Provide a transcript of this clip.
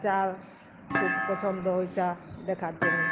চা খুব পছন্দ ঐ চা দেখার জন্য